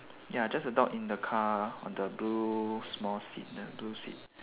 ya just the dog in the car on the blue small seat the blue seat